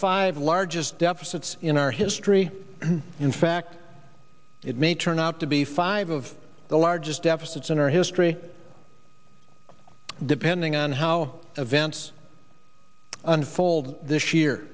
five largest deficits in our history in fact it may turn out to be five of the largest deficits in our history depending on how events unfold this year